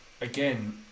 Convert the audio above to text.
again